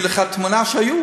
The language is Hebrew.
אבל אני אתן לך תמונה שהיו.